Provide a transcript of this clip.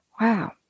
Wow